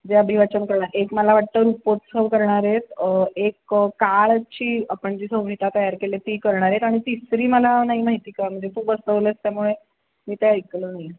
जे अभिवाचन करणार एक मला वाटतं रुपोत्सव करणार आहेत एक काळची आपण जी संहिता तयार केली ती करणार आहेत आणि तिसरी मला नाही माहिती का म्हणजे तू बसवलं आहेस त्यामुळे मी ते ऐकलं नाही